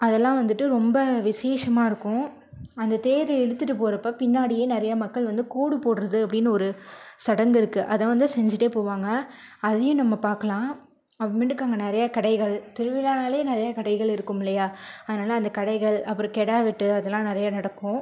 அதெல்லா வந்துட்டு ரொம்ப விசேஷமாகருக்கும் அந்த தேர் இழுத்துட்டு போகிறப்ப பின்னாடியே நிறைய மக்கள் வந்து கோடு போடறது அப்படினு ஒரு சடங்கிருக்கு அதை வந்து செஞ்சுட்டே போவாங்க அதையும் நம்ம பார்க்கலாம் அப்றமேட்டுக்கு அங்கே நிறையா கடைகள் திருவிழானாலே நிறைய கடைகள் இருக்கும் இல்லையா அதனால் அந்த கடைகள் அப்புறோம் கிடா வெட்டு அதெல்லாம் நிறையே நடக்கும்